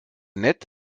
nett